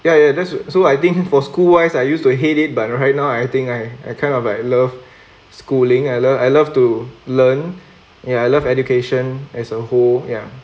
ya ya that's so I think for school wise I used to hate it but right now I think I I kind of like love schooling I love I love to learn ya I love education as a whole ya